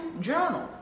journal